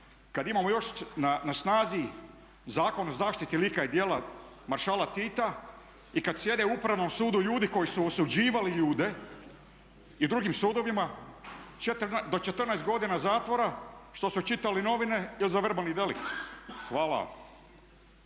kad imamo još na snazi Zakon o zaštiti lika i djela maršala Tita i kad sjede u Upravnom sudu ljudi koji su osuđivali ljude i drugim sudovima do 14 godina zatvora što su čitali novine ili za verbalni delikt? Hvala.